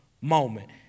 moment